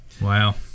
Wow